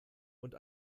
und